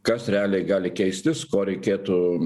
kas realiai gali keistis ko reikėtų